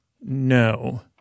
No